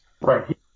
Right